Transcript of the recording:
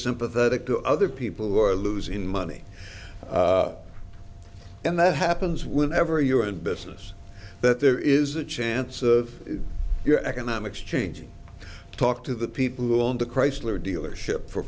sympathetic to other people who are losing money and that happens when every year in business that there is a chance of your economics changing talk to the people who own the chrysler dealership for